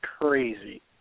crazy